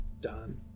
done